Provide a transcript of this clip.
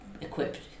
equipped